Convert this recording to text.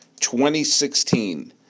2016